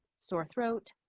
sore throat,